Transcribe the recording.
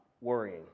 worrying